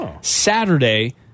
Saturday